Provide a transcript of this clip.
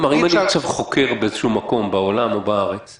כמו שאמרתי, יש לי קובץ אקסל שמרכז את